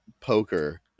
poker